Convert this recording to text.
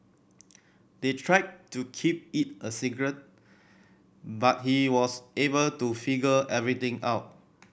they tried to keep it a secret but he was able to figure everything out